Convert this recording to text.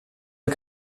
del